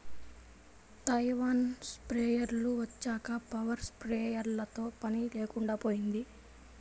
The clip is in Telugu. తైవాన్ స్ప్రేయర్లు వచ్చాక పవర్ స్ప్రేయర్లతో పని లేకుండా పోయింది